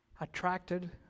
attracted